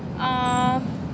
uh